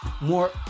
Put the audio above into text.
more